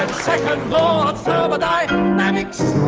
um thermodynamics